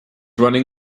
running